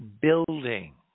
building